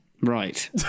Right